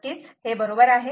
नक्कीच हे बरोबर आहे